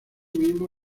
mismo